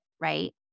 right